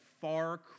far